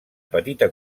petita